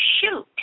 shoot